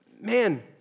man